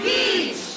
Beach